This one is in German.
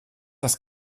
das